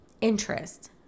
interest